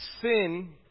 sin